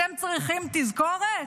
אתם צריכים תזכורת?